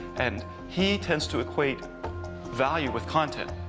and he tends to equate value with content.